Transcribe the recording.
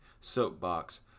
soapbox